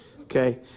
Okay